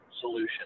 solution